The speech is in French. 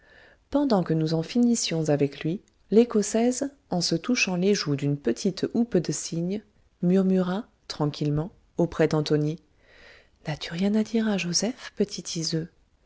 pendant que nous en finissions avec lui l'écossaise en se touchant les joues d'une petite houppe de cygne murmura tranquillement auprès d'antonie n'as-tu rien à dire à joseph